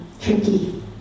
tricky